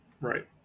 Right